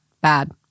bad